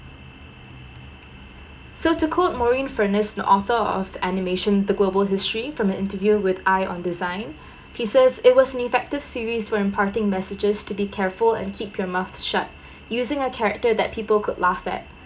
so to quote maureen furniss an author of animation the global history from an interview with Eye On Design he says it was an effective series for imparting messages to be careful and keep your mouth shut using a character that people could laugh at